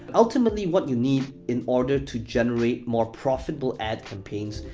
ultimately, what you need in order to generate more profitable ad campaigns,